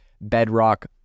Bedrock